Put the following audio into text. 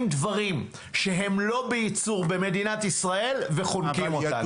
דברים שהם לא בייצור במדינת ישראל וחונקים אותנו.